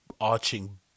arching